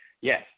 yes